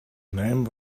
name